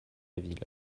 ville